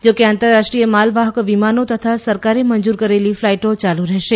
જોકે આંતરરાષ્ટ્રીય માલવાહક વિમાનો તથા સરકારે મંજુર કરેલી ફ્લાઇટો યાલુ રહેશે